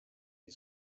die